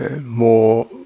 more